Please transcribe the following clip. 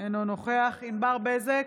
אינו נוכח ענבר בזק,